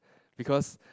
because